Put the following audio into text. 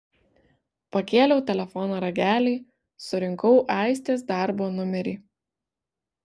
pakėliau telefono ragelį surinkau aistės darbo numerį